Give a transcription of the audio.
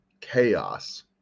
chaos